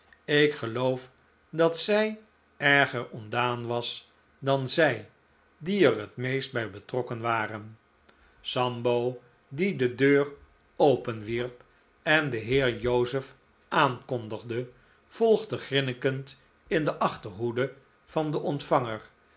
ik geloof dat zij erger ontdaan was dan zij die er het meest bij betrokken waren sambo die de deur openwierp en den heer joseph aankondigde volgde grinnikend in de achterhoede van den ontvanger